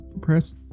Press